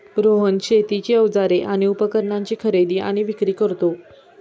रोहन शेतीची अवजारे आणि उपकरणाची खरेदी आणि विक्री करतो